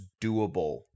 doable